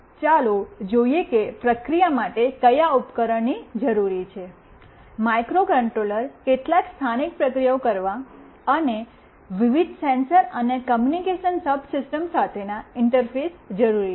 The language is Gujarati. ચાલો જોઈએ કે પ્રક્રિયા માટે કયા ઉપકરણો જરૂરી છે માઇક્રોકન્ટ્રોલર કેટલાક સ્થાનિક પ્રક્રિયાઓ કરવા અને વિવિધ સેન્સર અને કૉમ્યૂનિકેશન સબસિસ્ટમ સાથેના ઇન્ટરફેસ જરૂરી છે